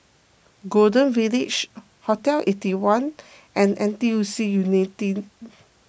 Golden Village Hotel Eighty One and N T U C Unity